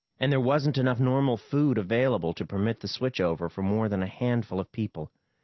and there wasn't enough normal food available to permit the switch-over for more than a handful of people.